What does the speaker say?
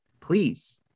please